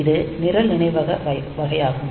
இது நிரல் நினைவக வகையாகும்